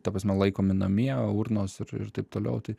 ta prasme laikomi namie urnos ir taip toliau tai